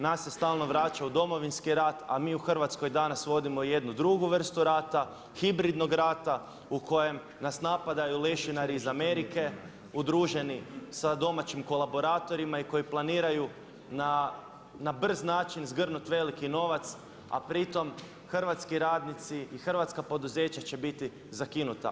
Nas se stalno vraća u Domovinski rat, a mi u Hrvatskoj danas vodimo jednu drugu vrstu rata, hibridnog rata u kojem nas napadaju lešinari iz Amerike udruženi sa domaćim kolaboratorima i koji planiraju na brz način zgrnuti veliki novac a pritom hrvatski radnici i hrvatska poduzeća će biti zakinuti.